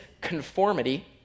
conformity